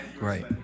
Right